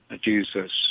Jesus